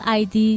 id